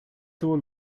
tuvo